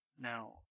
Now